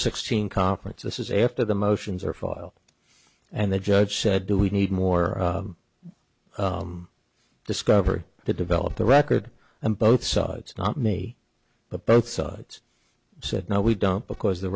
sixteen conference this is after the motions or file and the judge said do we need more discovery to develop the record and both sides not me but both sides said no we don't because the